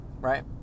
right